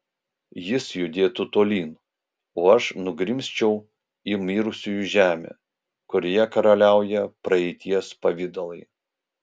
jis judėtų tolyn o aš nugrimzčiau į mirusiųjų žemę kurioje karaliauja praeities pavidalai